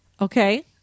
Okay